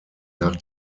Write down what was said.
nach